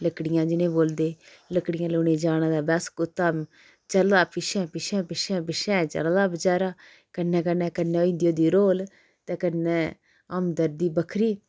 लकड़ियां जिनें गी बोलदे लकड़ियां लेओने जाना ते बस कुत्तै चलै दा पिच्छें पिच्छें पिच्छें पिच्छें चलै दा बचैरा कन्नै कन्नै कन्नै होई जंदी ओह्दी रोह्ल ते कन्नै हमदर्दी बक्खरी